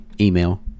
email